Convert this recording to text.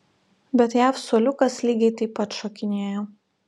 bet jav suoliukas lygiai taip pat šokinėja